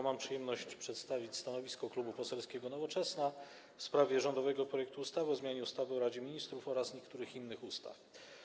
Mam przyjemność przedstawić stanowisko Klubu Poselskiego Nowoczesna w sprawie rządowego projektu ustawy o zmianie ustawy o Radzie Ministrów oraz niektórych innych ustaw.